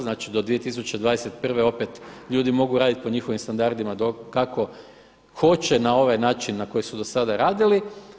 Znači do 2021. opet ljudi mogu raditi po njihovim standardima kako hoće na ovaj način na koji su do sada radili.